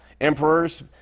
emperors